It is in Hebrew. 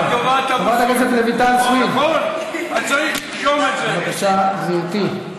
חברת הכנסת רויטל סויד, בבקשה, גברתי.